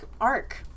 ARC